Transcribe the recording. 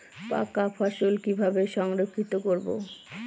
পাকা ফসল কিভাবে সংরক্ষিত করব?